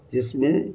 جس میں